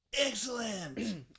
excellent